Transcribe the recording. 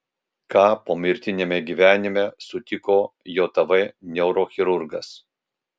ką pomirtiniame gyvenime sutiko jav neurochirurgas